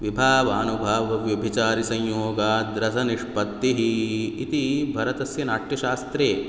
विभावानुभावव्यभिचारिसंयोगाद्रसनिष्पत्तिः इति भरतस्य नाट्यशास्त्रे